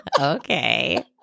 Okay